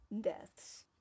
deaths